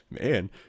man